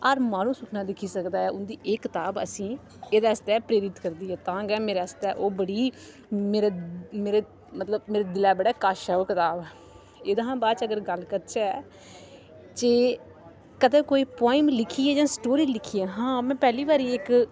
हर माह्नू सुपना दिक्खी सकदा ऐ उन्दी एह् कताब असेंई एह्दे आस्तै प्रेरित करदी ऐ तां गै मेरे आस्तै ओह् बड़ी मेरे मेरे मतलब दिला दे बड़ी कश ऐ ओह् कताब एह्दे हा बाद च अगर गल्ल करचै जे कदें कोई पोइम लिखी ऐ जां कोई स्टोरी लिखी ऐ हा मैं पेह्ली बारी इक